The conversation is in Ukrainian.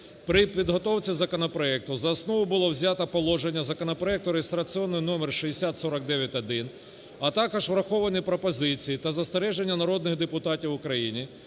При підготовці законопроекту за основу було взято положення законопроекту (реєстраційний номер 6049-1), а також враховані пропозиції та застереження народних депутатів України,